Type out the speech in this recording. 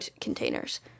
containers